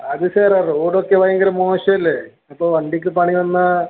അത് സാറേ റോഡ് ഒക്കെ ഭയങ്കരം മോശം അല്ലേ അപ്പോൾ വണ്ടിക്ക് പണി വന്നാൽ